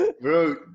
bro